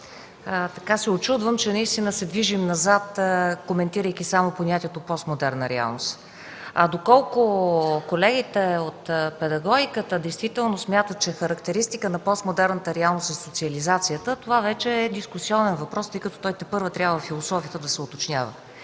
се учудвам, че наистина се движим назад, коментирайки само понятието „постмодерна реалност”. А доколко колегите от педагогиката действително смятат, че характеристика на постмодерната реалност е социализацията, това вече е дискусионен въпрос, тъй като той тепърва трябва да се уточнява